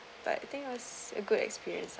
but I think it was a good experience